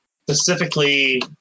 Specifically